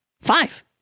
Five